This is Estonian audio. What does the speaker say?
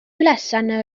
ülesanne